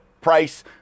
price